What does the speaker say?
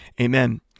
amen